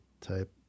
type